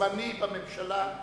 הזמני בממשלה.